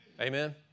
Amen